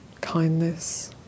kindness